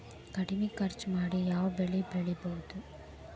ಕಡಮಿ ಖರ್ಚ ಮಾಡಿ ಯಾವ್ ಬೆಳಿ ಬೆಳಿಬೋದ್?